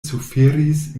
suferis